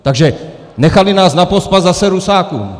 Takže nechali nás napospas zase Rusákům!